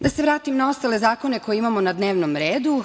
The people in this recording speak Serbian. Da se vratim na ostale zakone koje imamo na dnevnom redu.